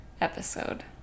episode